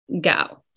go